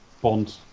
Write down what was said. Bond